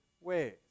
ways